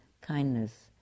kindness